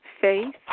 faith